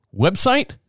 Website